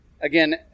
again